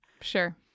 Sure